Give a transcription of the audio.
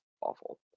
awful